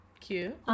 Cute